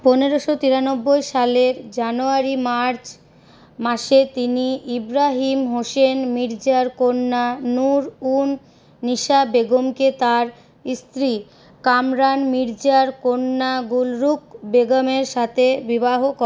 পনেরোশো তিরানব্বই সালের জানুয়ারি মার্চ মাসে তিনি ইব্রাহিম হোসেন মির্জার কন্যা নুর উন্নিশা বেগমকে তার স্ত্রী কামরান মির্জার কন্যা গুলরুখ বেগমের সাথে বিবাহ